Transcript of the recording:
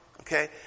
Okay